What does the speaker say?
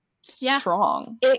strong